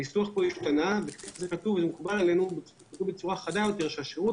הניסוח השתנה וכתוב בצורה חדה יותר שהשירות